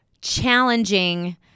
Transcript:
challenging